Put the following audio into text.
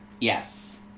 Yes